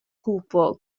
cupo